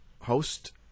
host